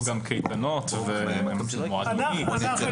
יש גם קייטנות ומועדוניות.